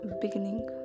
beginning